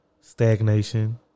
stagnation